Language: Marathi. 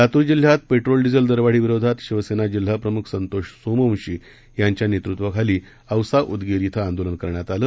लातूर जिल्ह्यात पेट्रोल डिझेल दरवाढ विरोधात शिवसेना जिल्हा प्रमुख संतोष सोमवंशी यांच्या नेतृत्वाखाली औसा उदगीर इथं आंदोलन करण्यात आलं